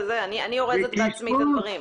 אני אורזת בעצמי את הדברים.